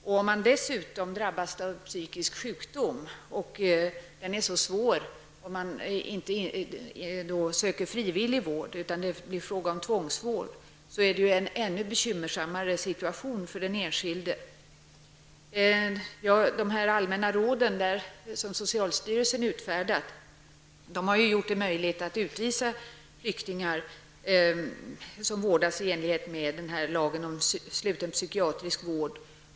Om en person dessutom drabbas av en mycket svår psykisk sjukdom och den här personen inte frivilligt söker vård -- i stället blir det fråga om tvångsvård -- blir situationen ännu mera bekymmersam för den här personen. Genom de allmänna råd som socialstyrelsen har utfärdat har det blivit möjligt att utvisa flyktingar som vårdas i enlighet med lagen om sluten psykiatrisk vård.